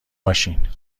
باشین